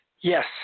Yes